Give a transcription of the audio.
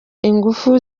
ingufu